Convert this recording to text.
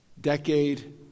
decade